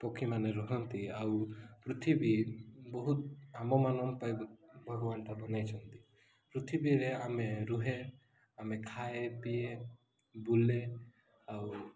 ପକ୍ଷୀମାନେ ରୁହନ୍ତି ଆଉ ପୃଥିବୀ ବହୁତ ଆମ୍ଭମାନଙ୍କ ପାଇଁ ଭଗବାନଟା ବନାଇଛନ୍ତି ପୃଥିବୀରେ ଆମେ ରୁହେ ଆମେ ଖାଏ ପିଏ ବୁଲେ ଆଉ